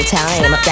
time